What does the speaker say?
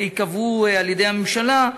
שייקבעו על-ידי הממשלה,